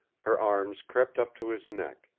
her arms crept up to his neck,